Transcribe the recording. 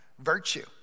virtue